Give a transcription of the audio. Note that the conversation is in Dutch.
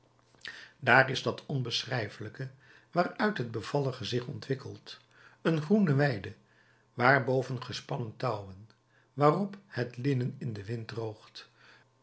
daar is dat onbeschrijfelijke waaruit het bevallige zich ontwikkelt een groene weide waarboven gespannen touwen waarop het linnen in den wind droogt